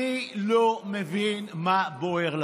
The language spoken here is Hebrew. אני לא מבין מה בוער לכם.